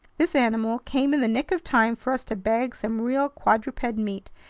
this animal came in the nick of time for us to bag some real quadruped meat,